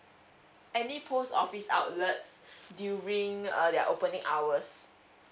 any post office outlets during uh their opening hours